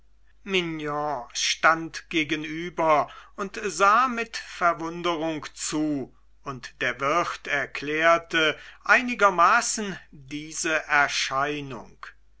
stand gegenüber und sah mit verwunderung zu und der wirt erklärte einigermaßen diese erscheinung